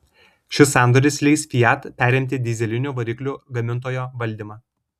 šis sandoris leis fiat perimti dyzelinių variklių gamintojo valdymą